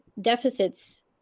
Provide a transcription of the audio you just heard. deficits